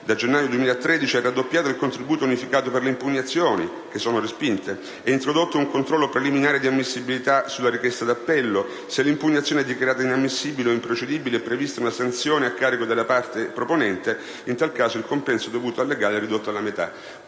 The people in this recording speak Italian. Da gennaio 2013 è raddoppiato il contributo unificato per le impugnazioni che sono respinte. È introdotto un controllo preliminare di ammissibilità sulla richiesta d'appello. Se l'impugnazione è dichiarata inammissibile o improcedibile, è prevista una sanzione a carico della parte proponente. In tal caso, il compenso dovuto al legale è ridotto della metà».